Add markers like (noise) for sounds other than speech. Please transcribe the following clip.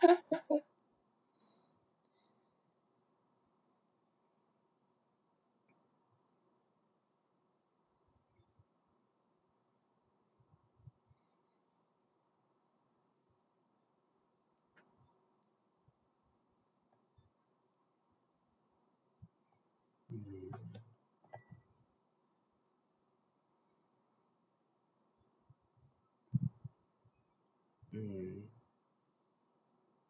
(laughs) (noise) mm